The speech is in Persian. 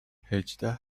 هجده